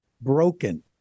broken